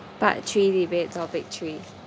part three debate topic three